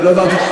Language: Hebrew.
לא הבנתי.